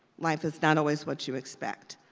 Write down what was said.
life is not always what you expect.